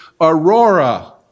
aurora